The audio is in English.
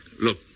Look